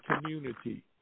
community